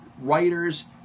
writers